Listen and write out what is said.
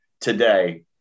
today